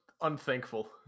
unthankful